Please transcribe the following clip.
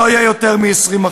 שלא יהיה יותר מ-20%.